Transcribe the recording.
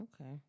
okay